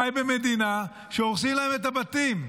חי במדינה שהורסים להם את הבתים,